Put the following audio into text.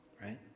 right